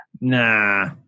Nah